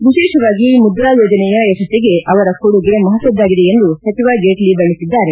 ವಿಶೇಷವಾಗಿ ಮುದ್ರಾ ಯೋಜನೆಯ ಯಶಬ್ಲಿಗೆ ಅವರ ಕೊಡುಗೆ ಮಹತ್ವದ್ದಾಗಿದೆ ಎಂದು ಸಚಿವ ಜೇಟ್ಲ ಬಣ್ಣಿಸಿದ್ದಾರೆ